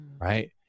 right